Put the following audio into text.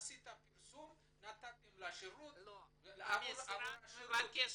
עשית פרסום, נתתם לה שירות --- לא, המשרד מבקש